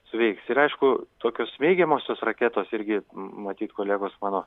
suveiks ir aišku tokios smeigiamosios raketos irgi matyt kolegos mano